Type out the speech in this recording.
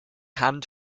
hand